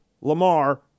Lamar